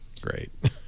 Great